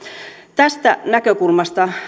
tästä näkökulmasta